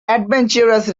adventures